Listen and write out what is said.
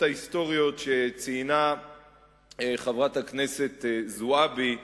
ההיסטוריות שציינה חברת הכנסת זועבי,